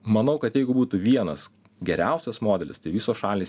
manau kad jeigu būtų vienas geriausias modelis tai visos šalys